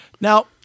Now